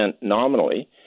nominally